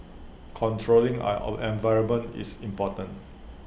controlling our environment is important